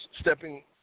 stepping